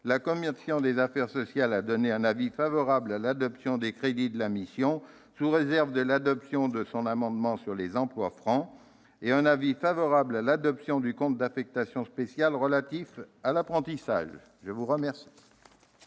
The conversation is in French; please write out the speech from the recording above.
la commission des affaires sociales a donné un avis favorable à l'adoption des crédits de la mission, sous réserve de l'adoption de son amendement sur les emplois francs, et un avis favorable à l'adoption du compte d'affectation spéciale relatif à l'apprentissage. Mes chers